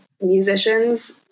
musicians